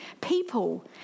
people